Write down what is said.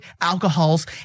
alcohols